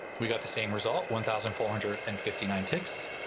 we got the same result, one thousand four hundred and fifty nine ticks.